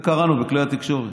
את זה קראנו בכלי התקשורת.